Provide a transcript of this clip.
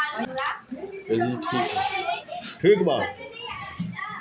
ताड़ के तेल से अफ्रीका, दक्षिण पूर्व एशिया अउरी ब्राजील के कुछ जगह पअ खाना बनावल जाला